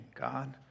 God